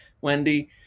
Wendy